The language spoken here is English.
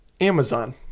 Amazon